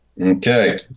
Okay